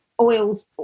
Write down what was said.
oils